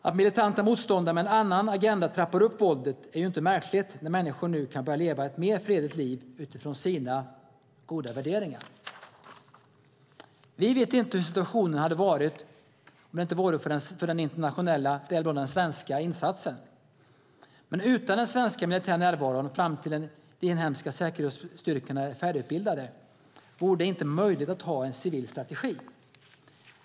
Att militanta motståndare med en annan agenda trappar upp våldet är ju inte märkligt när människor nu kan börja leva ett mer fredligt liv utifrån sina goda värderingar. Vi vet inte hur situationen hade varit om det inte vore för den internationella, däribland den svenska, insatsen. Men utan den svenska militära närvaron, fram tills de inhemska säkerhetsstyrkorna är färdigutbildade, vore det inte möjligt att ha en civil strategi.